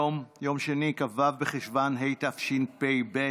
בחשוון התשפ"ב,